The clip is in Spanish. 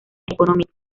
económica